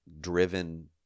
driven